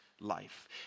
life